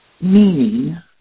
meaning